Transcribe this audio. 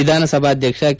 ವಿಧಾನಸಭಾಧ್ಯಕ್ಷ ಕೆ